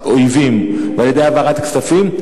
אויבים ועל-ידי העברת כספים,